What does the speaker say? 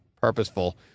purposeful